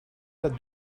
dat